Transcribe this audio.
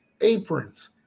aprons